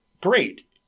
great